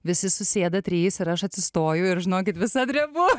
visi susėda trys ir aš atsistoju ir žinokit visa drebu